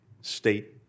state